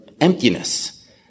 emptiness